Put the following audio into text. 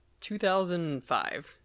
2005